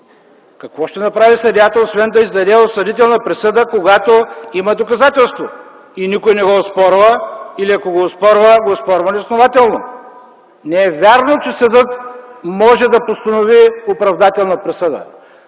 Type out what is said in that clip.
какво ще направи съдията, освен да издаде осъдителна присъда, когато има доказателство и никой не го оспорва, или ако го оспорва то е неоснователно. Не е вярно, че съдът може да постанови оправдателна присъда.